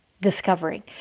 discovering